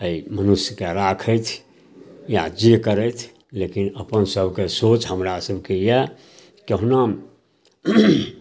एहि मनुष्यके राखथि या जे करथि लेकिन अपनसभके सोच हमरासभके यऽ कहुना